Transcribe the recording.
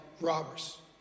robbers